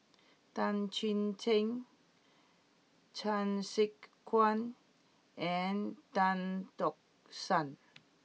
Tan Chuan Jin Chan Sek Keong and Tan Tock San